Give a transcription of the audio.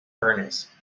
furnace